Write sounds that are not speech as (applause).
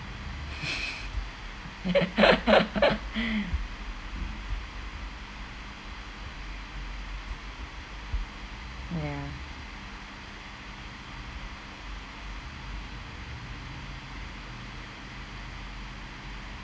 (laughs) ya